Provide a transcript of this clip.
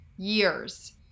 Years